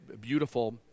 beautiful